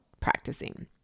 practicing